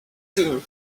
too